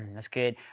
and that's good.